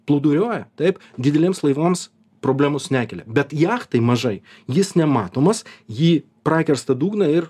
plūduriuoja taip dideliems laivams problemos nekelia bet jachtai mažai jis nematomas ji prakirsta dugną ir